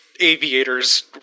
aviators